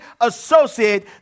associate